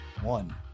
one